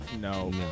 No